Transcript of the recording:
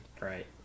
right